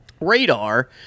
radar